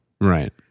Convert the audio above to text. Right